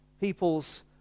people's